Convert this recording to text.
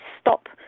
stop